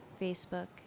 Facebook